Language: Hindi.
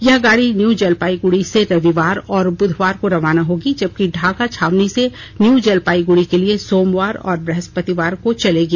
यह गाड़ी न्यू जलपाइगुड़ी से रविवार और बुधवार को रवाना होगी जबकि ढाका छावनी से न्यू जलपाइगुड़ी के लिए सोमवार और बृहस्पतिवार को चलेगी